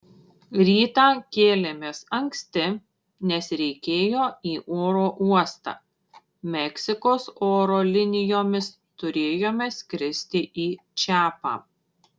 rytą kėlėmės anksti nes reikėjo į oro uostą meksikos oro linijomis turėjome skristi į čiapą